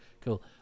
cool